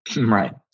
Right